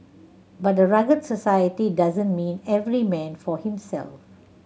but a rugged society doesn't mean every man for himself